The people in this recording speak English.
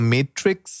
Matrix